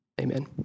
Amen